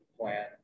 plan